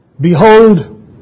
Behold